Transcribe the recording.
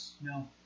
No